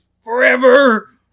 forever